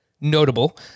notable